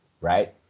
right